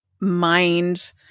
mind